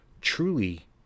truly